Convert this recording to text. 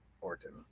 Orton